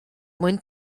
mwyn